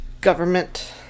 government